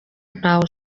ntawe